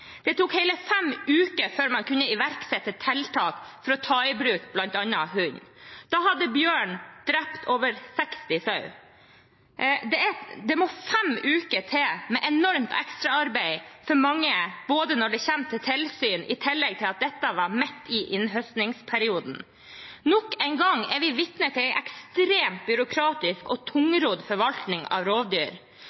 Det tok hele fem uker før man kunne iverksette tiltak for å ta i bruk bl.a. hund. Da hadde bjørnen drept over 60 sauer. Det måtte fem uker til, med enormt ekstraarbeid for mange når det kom til tilsyn – i tillegg til at dette var midt i innhøstningsperioden. Nok en gang er vi vitne til en ekstremt byråkratisk og